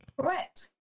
Correct